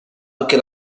anche